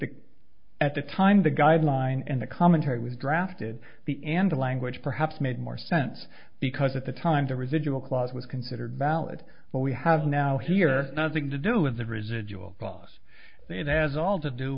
the at the time the guideline and the commentary was drafted the and the language perhaps made more sense because at the time the residual clause was considered valid but we have now here nothing to do with the residual because it has all to do